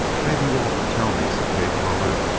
maybe you-all could tell me, said kate pollard,